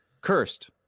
cursed